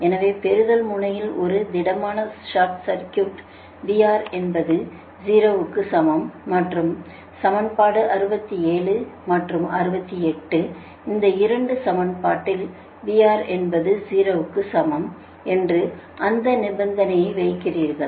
எனவே பெறுதல் முனையில் ஒரு திடமான சார்ட் சா்கியுட்க்கு VR என்பது 0 க்கு சமம் மற்றும் சமன்பாடு 67 மற்றும் 68 இந்த 2 சமன்பாடில் VR என்பது 0 க்கு சமம் என்று அந்த நிபந்தனையை வைக்கிறீர்கள்